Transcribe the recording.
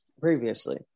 previously